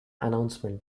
announcement